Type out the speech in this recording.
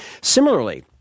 Similarly